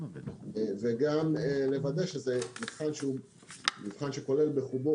וגם לוודא שזה מבחן שהוא מבחן שכולל בחובו